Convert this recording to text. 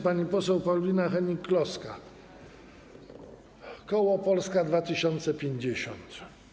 Pani poseł Paulina Hennig-Kloska, koło Polska 2050.